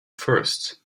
first